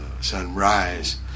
sunrise